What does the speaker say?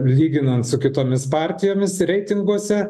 lyginant su kitomis partijomis reitinguose